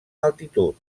altitud